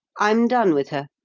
i'm done with her!